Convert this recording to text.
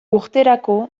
urterako